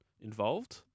involved